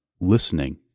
listening